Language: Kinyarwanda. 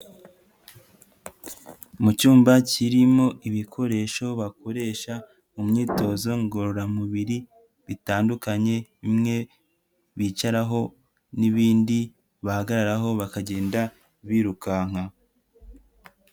Mu cyumba kirimo ibikoresho bakoresha mu myitozo ngororamubiri bitandukanye, imwe bicaraho n'ibindi bahagararaho bakagenda birukanka.